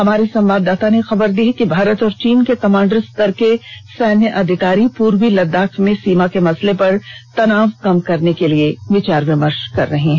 हमारे संवाददाता ने खबर दी है कि भारत और चीन के कमांडर स्तर के सैन्य अधिकारी पूर्वी लद्दाख में सीमा के मसले पर तनाव कम करने के लिए विचार विमर्श कर रहे हैं